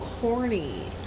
corny